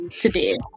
today